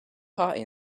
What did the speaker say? party